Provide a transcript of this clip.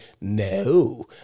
no